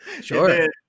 Sure